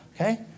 Okay